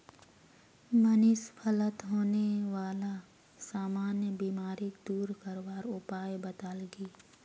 मनीष फलत होने बाला सामान्य बीमारिक दूर करवार उपाय बताल की